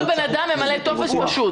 כל אדם ממלא טופס פשוט?